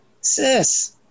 sis